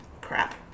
Crap